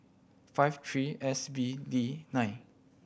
five three S B D nine